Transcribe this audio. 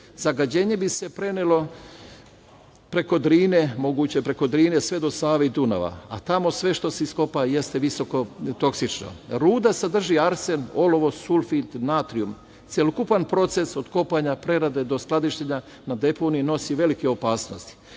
Zagađenje bi se prenelo preko Drine, moguće preko Drine sve do Save i Dunava, a tamo sve što se iskopa jeste visoko toksično. Ruda sadrži arsen, olovo, sulfid, natrijum. Celokupan proces od kopanja, prerade, do skladištenja na deponiju nosi velike opasnosti.